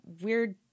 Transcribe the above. weird